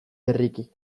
berriki